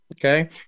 Okay